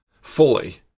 fully